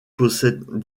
possède